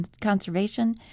conservation